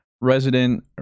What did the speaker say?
Resident